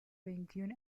veintiún